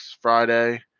Friday